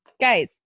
Guys